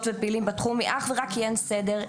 ופעילים בתחום היא אך ורק כי אין סדר,